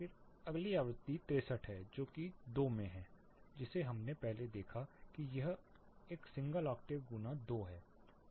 फिर अगली आवृत्ति 63 है जो कि 2 में है जिसे हमने पहले देखा था कि यह सिंगल ओक्टेव गुना दो है